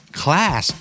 class